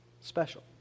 special